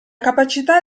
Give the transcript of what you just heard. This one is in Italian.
capacità